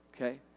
Okay